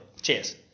Cheers